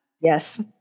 Yes